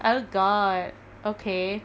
oh god okay